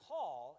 Paul